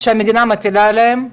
שהמדינה מטילה עליהם,